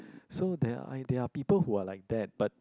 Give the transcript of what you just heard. so there are I there are people who are like that but